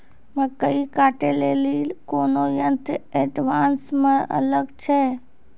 मकई कांटे ले ली कोनो यंत्र एडवांस मे अल छ?